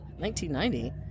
1990